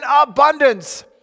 abundance